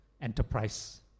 enterprise